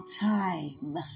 time